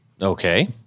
Okay